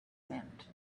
meant